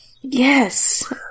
Yes